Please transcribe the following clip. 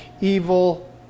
evil